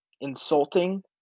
insulting